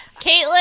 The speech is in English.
Caitlin